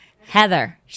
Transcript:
Heather